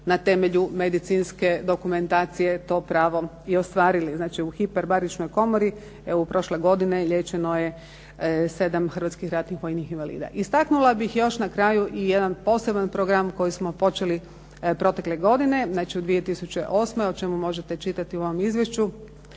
na temelju medicinske dokumentacije to pravo i ostvarili. Znači u hiperbaričnoj komori, evo prošle godine liječeno je 7 hrvatskih ratnih vojnih invalida. Istaknula bih još na kraju i jedan poseban program koji smo počeli protekle godine, znači u 2008., o čemu možete čitati u ovom izvješću,